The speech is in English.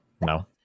no